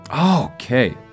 Okay